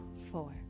Four